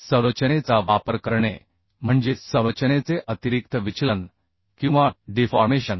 संरचनेचा वापर करणे म्हणजे संरचनेचे अतिरीक्त विचलन किंवा डिफॉर्मेशन